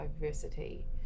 diversity